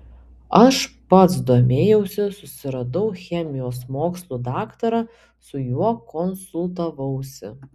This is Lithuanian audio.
aš pats domėjausi susiradau chemijos mokslų daktarą su juo konsultavausi